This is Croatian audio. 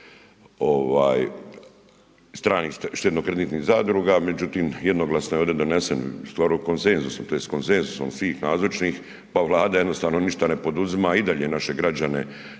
i štednokreditnih zadruga, međutim jednoglasno je ovdje donesen skoro konsenzusom, tj. konsenzusom svih nazočnih pa Vlada jednostavno ništa ne poduzima. I dalje naše građane